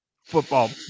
football